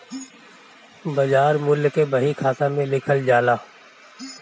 बाजार मूल्य के बही खाता में लिखल जाला